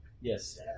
Yes